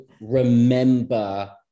remember